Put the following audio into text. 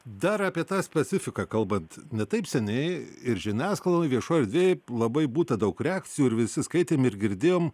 dar apie tą specifiką kalbant ne taip seniai ir žiniasklaidoe viešoe erdvėe labai būta daug reakcijų ir visi skaitėm ir girdėjom